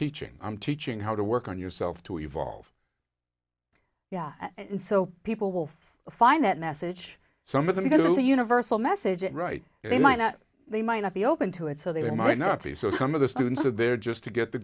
teaching i'm teaching how to work on yourself to evolve yeah and so people will find that message some of them because it's a universal message it right and they might not they might not be open to it so they might not see it so some of the students are there just to get the